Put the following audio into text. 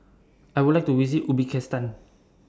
I Would like to visit Uzbekistan